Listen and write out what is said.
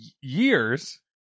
years